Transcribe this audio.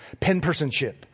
Penpersonship